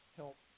help